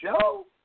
show